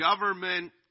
government